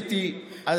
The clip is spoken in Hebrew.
המרכזית היא השירותים,